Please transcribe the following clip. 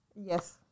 Yes